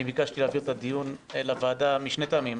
ביקשתי להעביר את הדיון אל הוועדה משני טעמים.